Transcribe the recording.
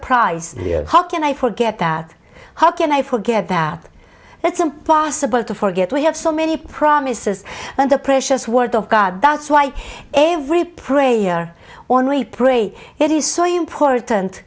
price how can i forget that how can i forget that it's impossible to forget we have so many promises and a precious word of god that's why every prayer or only pray it is so important